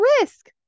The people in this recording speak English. risk